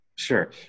Sure